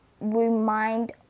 remind